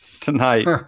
tonight